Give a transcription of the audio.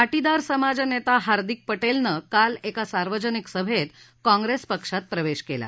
पाटीदार समाज नेता हार्दिक पटेलनं काल एका सार्वजनिक सभेत काँग्रेस पक्षात प्रवेश केला